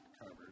covered